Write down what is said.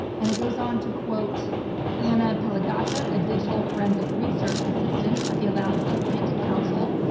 and it goes on to quote anna pelagotti, but a digital forensic research assistant at the atlantic ah atlantic council,